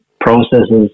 processes